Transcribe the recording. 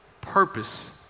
purpose